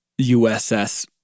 USS